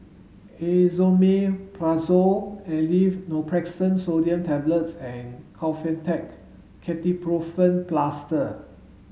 Esomeprazole Aleve Naproxen Sodium Tablets and Kefentech Ketoprofen Plaster